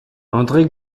andré